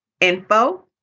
info